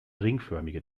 ringförmige